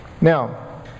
Now